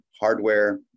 hardware